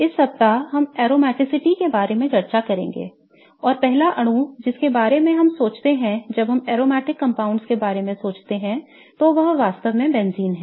इस सप्ताह हम एरोमैटिकिटी के बारे में चर्चा करेंगेऔर पहला अणु जिसके बारे में हम सोचते हैं जब हम अरोमैटिक कंपाउंड्स के बारे में सोचते हैं तो यह वास्तव में बेंजीन है